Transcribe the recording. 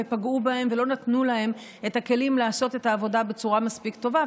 פגעו בהם ולא נתנו להם את הכלים לעשות את העבודה בצורה מספיק טובה.